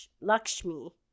Lakshmi